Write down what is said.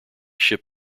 ship